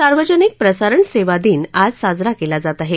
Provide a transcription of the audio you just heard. सार्वजनिक प्रसारणसेवा दिन आज साजरा केला जात आहे